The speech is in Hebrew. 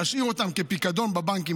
להשאיר אותם כפיקדון בבנקים,